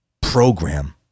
program